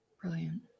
Brilliant